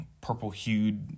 purple-hued